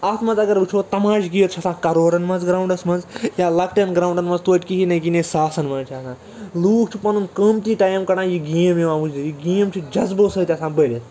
اَتھ منٛز اَگر وُچھَو تماش گیٖر چھِ آسان کَرورَن منٛز گرٛاونٛڈَس منٛز یا لۅکٹٮ۪ن گرٛاوٚنٛڈَن منٛز توتہِ کِہیٖنٛۍ نٕے کِہیٖنٛۍ نٔے ساسَن منٛز چھِ آسان لوٗکھ چھِ پَنُن قۭمتی ٹایَم کڈان یہِ گیم یِوان وُچھنہِ یہِ گیم چھِ جذبَو سۭتۍ آسان بٔرِتھ